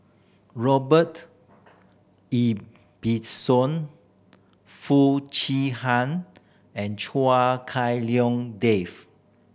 Robert Ibbetson Foo Chee Han and Chua Hak Lien Dave